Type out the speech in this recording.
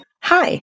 Hi